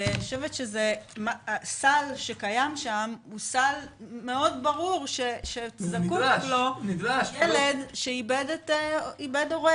ואני חושבת שסל שקיים שם הוא סל מאוד ברור שזקוק לו ילד שאיבד הורה.